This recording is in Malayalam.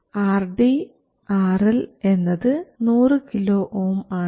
RD RLഎന്നത് 100 KΩ ആണ്